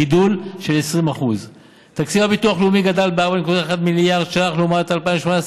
גידול של 20%; תקציב הביטוח הלאומי גדל בכ-4.1 מיליארד ש"ח לעומת 2018,